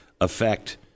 affect